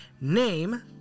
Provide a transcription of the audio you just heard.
Name